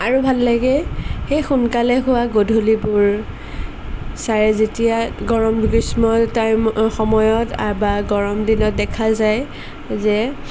আৰু ভাল লাগে সেই সোনকালে হোৱা গধূলিবোৰ ছাৰে যেতিয়া গৰম বুলি স্মল টাইম সময়ত বা গৰম দিনত দেখা যায় যে